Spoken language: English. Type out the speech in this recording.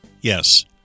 Yes